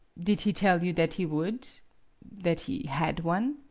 did he tell you that he would that he had one?